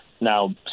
Now